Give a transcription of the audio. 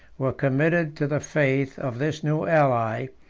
were committed to the faith of this new ally,